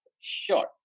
Sure